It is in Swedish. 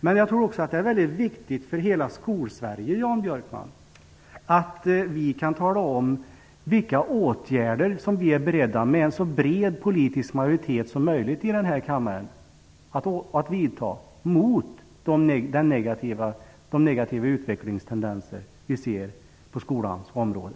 Men jag tror också att det är mycket viktigt för hela skolsverige att vi kan tala om vilka åtgärder vi är beredda att med så bred politisk majoritet i kammaren vidta mot de negativa utvecklingstendenser vi ser på skolans område.